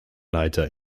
leiter